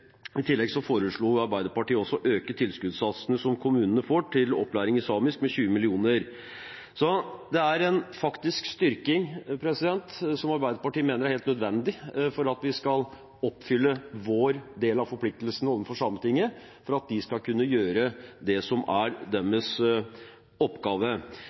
I tillegg foreslo Arbeiderpartiet også å øke tilskuddssatsene som kommunene får til opplæring i samisk, med 20 mill. kr. Så det er en faktisk styrking, som Arbeiderpartiet mener er helt nødvendig for at vi skal oppfylle vår del av forpliktelsen overfor Sametinget, for at de skal kunne gjøre det som er deres oppgave.